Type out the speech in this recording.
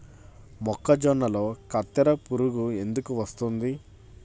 మొక్కజొన్నలో కత్తెర పురుగు ఎందుకు వస్తుంది?